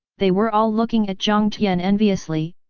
they were all looking at jiang tian enviously,